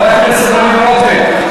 חבר הכנסת דוד רותם,